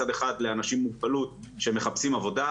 מצד אחד לאנשים עם מוגבלות שמחפשים עבודה,